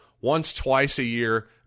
once-twice-a-year